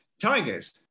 Tigers